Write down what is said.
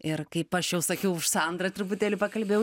ir kaip aš jau sakiau už sandrą truputėlį pakalbėjau